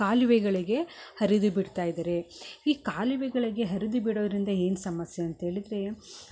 ಕಾಲುವೆಗಳಿಗೆ ಹರಿದು ಬಿಡ್ತಾ ಇದ್ದರೆ ಈ ಕಾಲುವೆಗಳಿಗೆ ಹರಿದು ಬಿಡೋರಿಂದ ಏನು ಸಮಸ್ಯೆ ಅಂತೇಳಿದರೆ